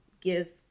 give